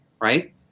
right